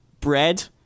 bread